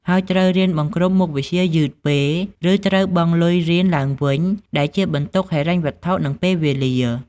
ហើយត្រូវរៀនបង្រ្គប់មុខវិជ្ជាយឺតពេល ឬត្រូវបង់លុយរៀនឡើងវិញ ដែលជាបន្ទុកហិរញ្ញវត្ថុ និងពេលវេលា។